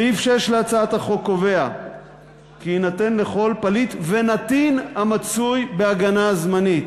סעיף 6 להצעת החוק קובע כי יינתן לכל פליט ונתין המצוי בהגנה זמנית,